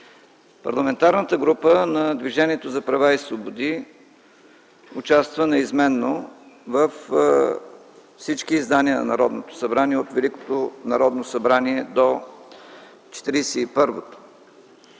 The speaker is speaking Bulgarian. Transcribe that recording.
Парламентарната група на Движението за права и свободи участва неизменно във всички издания на Народното събрание – от Великото Народно събрание до